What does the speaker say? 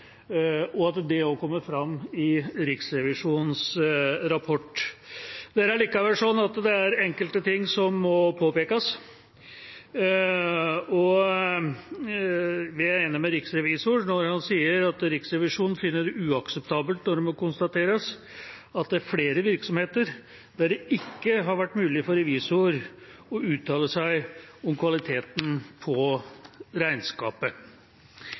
og at det også kommer fram i Riksrevisjonens rapport. Likevel er det slik at det er enkelte ting som må påpekes. Vi er enig med riksrevisoren når han sier: «Riksrevisjonen finner det uakseptabelt når det må konstateres at det er flere virksomheter der det ikke har vært mulig for revisor å uttale seg om kvaliteten på